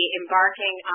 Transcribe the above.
embarking